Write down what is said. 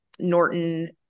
norton